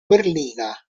berlina